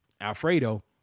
Alfredo